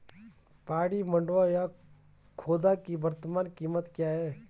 पहाड़ी मंडुवा या खोदा की वर्तमान कीमत क्या है?